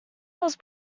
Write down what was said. was